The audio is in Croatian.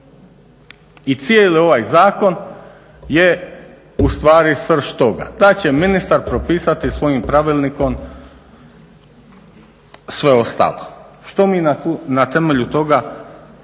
I cijeli ovaj zakon je ustvari srž toga da će ministar propisati svojim pravilnikom sve ostalo. Što mi na temelju toga možemo